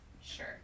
sure